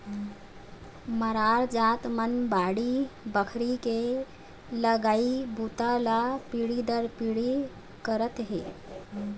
मरार जात मन बाड़ी बखरी के लगई बूता ल पीढ़ी दर पीढ़ी करत हे